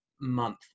month